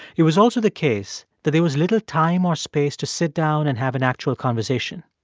it was also the case that there was little time or space to sit down and have an actual conversation.